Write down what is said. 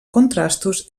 contrastos